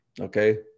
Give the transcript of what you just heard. okay